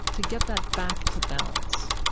to get that back to balance?